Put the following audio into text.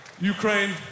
Ukraine